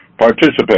participate